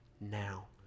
now